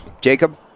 Jacob